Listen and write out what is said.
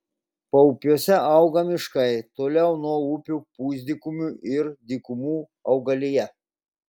paupiuose auga miškai toliau nuo upių pusdykumių ir dykumų augalija